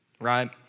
right